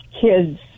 kids